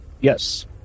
Yes